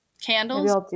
candles